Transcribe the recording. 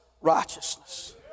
righteousness